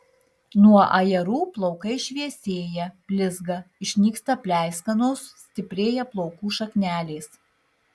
nuo ajerų plaukai šviesėja blizga išnyksta pleiskanos stiprėja plaukų šaknelės